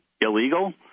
illegal